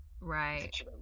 Right